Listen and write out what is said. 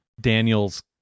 Daniel's